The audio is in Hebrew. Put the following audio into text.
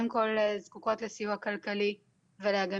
שהן קודם כל זקוקות לסיוע כלכלי ולהגנות